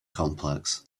complex